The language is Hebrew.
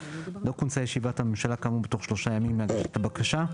לא כונסה ישיבת הממשלה במועד כאמור בתוך שלושה ימים מהגשת הבקשה,